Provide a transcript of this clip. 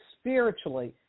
spiritually